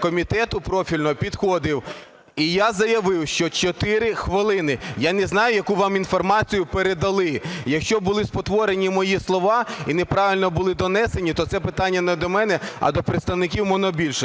комітету профільного підходив і я заявив, що 4 хвилини. Я не знаю, яку вам інформацію передали. Якщо були спотворені мої слова і неправильно були донесені, то це питання не до мене, а до представників монобільшості.